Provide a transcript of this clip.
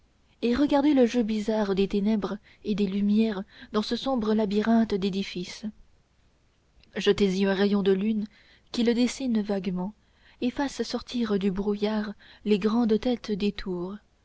et regardez le jeu bizarre des ténèbres et des lumières dans ce sombre labyrinthe d'édifices jetez y un rayon de lune qui le dessine vaguement et fasse sortir du brouillard les grandes têtes